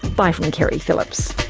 bye, from keri phillips